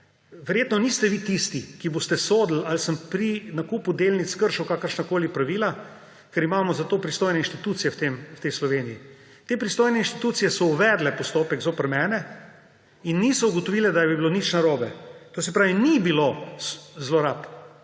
Verjetno niste vi tisti, ki boste sodili, ali sem pri nakupu delnic kršil kakršnakoli pravila, ker imamo za to pristojne institucije v Sloveniji. Te pristojne institucije so uvedle postopek zoper mene in niso ugotovile, da bi bilo nič narobe. To se pravi, ni bilo zlorab,